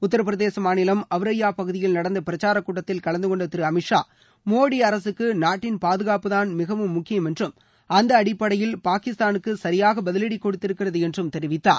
உத்தரபிரதேசம் மாநிலம் அவ்ரய்யா பகுதியில் நடந்த பிரச்சாரக் கூட்டத்தில் கலந்தகொண்ட திரு அமித் ஷா மோடி அரசுக்கு நாட்டின் பாதுகாப்புதான் மிகவும் முக்கியம் என்றும் அந்த அடிப்படையில் பாகிஸ்தானுக்கு சரியாக பதிலடி கொடுத்திருக்கிறது என்றும் தெரிவித்தார்